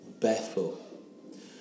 barefoot